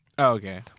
okay